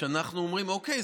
כשאנחנו אומרים: אוקיי,